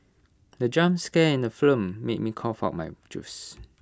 the jump scare in the film made me cough out my juice